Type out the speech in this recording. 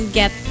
get